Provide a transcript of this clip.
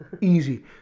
Easy